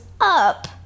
up